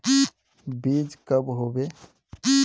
बीज कब होबे?